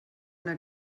una